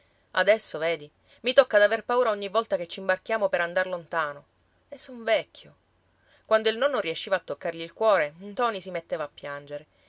adesso vedi mi tocca d'aver paura ogni volta che c'imbarchiamo per andar lontano e son vecchio quando il nonno riesciva a toccargli il cuore ntoni si metteva a piangere